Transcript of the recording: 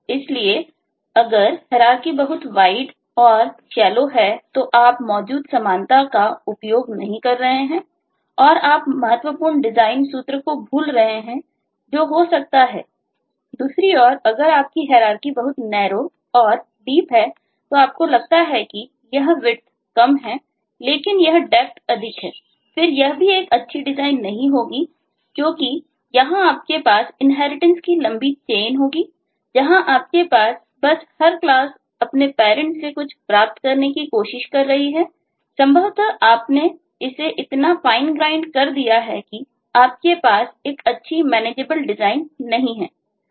इसलिए अगर हैरारकी बहुत वाइड कर दिया है कि आपके पास एक अच्छी मेनेजेबल डिजाइन नहीं है